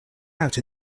out